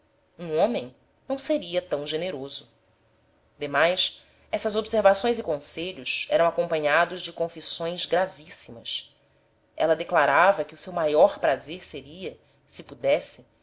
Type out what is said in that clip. um homem não seria tão generoso demais essas observações e conselhos eram acompanhados de confissões gravíssimas ela declarava que o seu maior prazer seria se pudesse